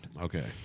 Okay